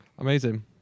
Amazing